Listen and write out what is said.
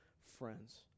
friends